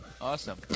Awesome